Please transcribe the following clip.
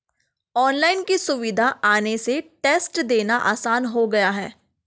online की सुविधा आने से टेस्ट देना आसान हो गया है